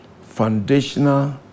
foundational